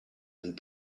and